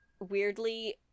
weirdly